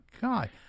God